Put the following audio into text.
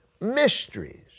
mysteries